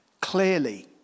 Clearly